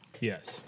Yes